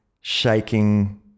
shaking